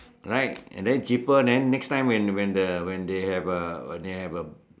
right and then cheaper right and then next time when when they have a when they have a